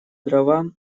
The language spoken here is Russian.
дрова